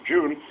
June